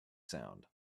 sound